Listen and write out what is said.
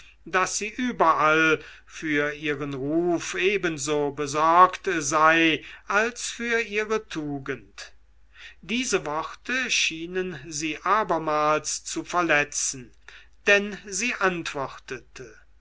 daß sie überall für ihren ruf ebenso besorgt sei als für ihre tugend diese worte schienen sie abermals zu verletzen denn sie antwortete